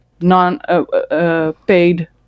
non-paid